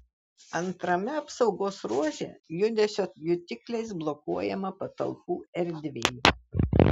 antrame apsaugos ruože judesio jutikliais blokuojama patalpų erdvė